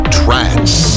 trance